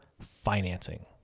financing